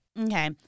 Okay